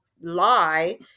lie